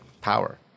power